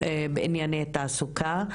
בענייני תעסוקה.